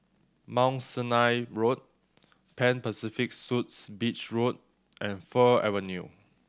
Mount Sinai Road Pan Pacific Suites Beach Road and Fir Avenue